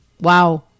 Wow